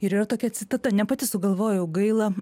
ir yra tokia citata ne pati sugalvojau gaila